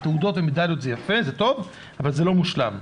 תעודות ומדליות זה יפה, זה טוב, אבל זה לא מושלם.